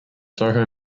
soho